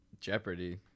Jeopardy